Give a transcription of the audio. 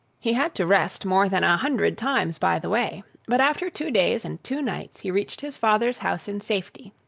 he had to rest more than a hundred times by the way, but, after two days and two nights, he reached his father's house in safety.